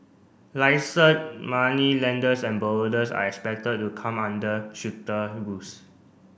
moneylenders and borrowers are expected to come under stricter rules